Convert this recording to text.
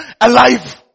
alive